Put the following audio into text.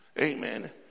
amen